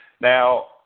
Now